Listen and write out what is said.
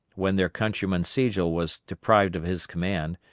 when their countryman sigel was deprived of his command,